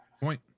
Point